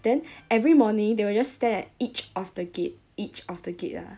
then every morning they will just stare at each of the gate each of the gate lah